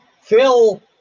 Phil